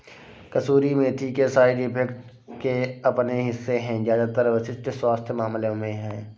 कसूरी मेथी के side effects के अपने हिस्से है ज्यादातर विशिष्ट स्वास्थ्य मामलों में है